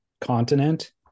continent